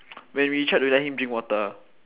when we tried to let him drink water